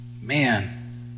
Man